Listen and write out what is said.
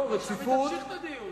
כנסת רצינית